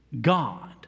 God